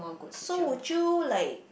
so would you like